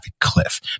cliff